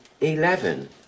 Eleven